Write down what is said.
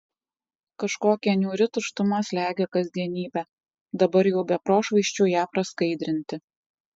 kažkokia niūri tuštuma slegia kasdienybę dabar jau be prošvaisčių ją praskaidrinti